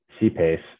CPACE